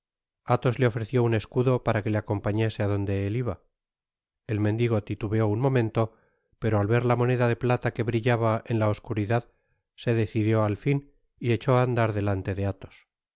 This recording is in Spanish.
athos le ofreció un escudo para que le acompañase á donde él iba el mendigo titubeó un momento pero al ver la moneda de plata que brillaba en la os curidad se decidió al fin y echó á andar delante de athos al